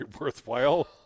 worthwhile